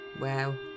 Wow